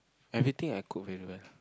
everything I cook very well